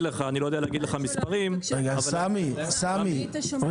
לך מספרים --- חבר הכנסת סמי אבו שחאדה,